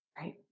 Right